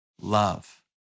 love